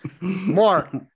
Mark